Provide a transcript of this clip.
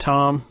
Tom